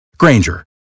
Granger